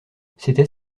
c’était